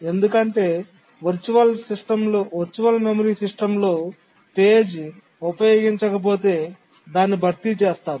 ఎందుకంటే virtual memory సిస్టమ్లో page ఉపయోగించకపోతే దాన్ని భర్తీ చేస్తారు